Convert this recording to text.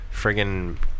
friggin